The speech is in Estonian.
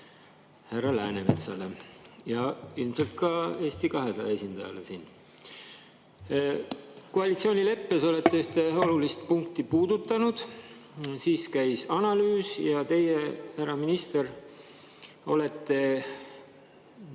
härra Läänemetsale ja ilmselt ka Eesti 200 esindajale. Koalitsioonileppes olete ühte olulist punkti puudutanud. Siis käis analüüs, ja teie, härra minister, olete